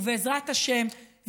ובעזרת השם,